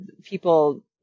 people